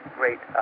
great